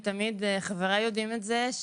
חבריי יודעים את זה,